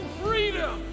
freedom